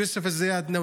יוסף אלזיאדנה,